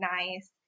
nice